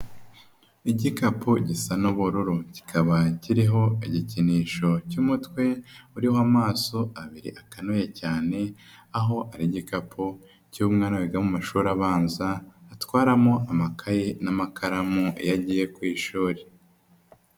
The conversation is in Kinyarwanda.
Igikapu gisa n'ubururu kikaba kiriho igikinisho cy'umutwe uriho amaso abiri akanuye cyane aho ari igikapu cy'umwana wiga mu mashuri abanza atwaramo amakaye n'amakaramu iyo agiye ku ishuri.